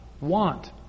want